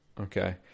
Okay